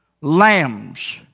lambs